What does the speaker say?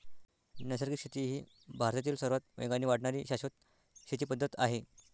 नैसर्गिक शेती ही भारतातील सर्वात वेगाने वाढणारी शाश्वत शेती पद्धत आहे